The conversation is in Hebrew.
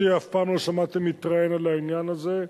אותי אף פעם לא שמעתם מתראיין על העניין הזה.